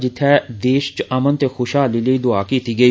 जित्थें देश च अमन ते खुशहाली लेई दुआ कीती गेई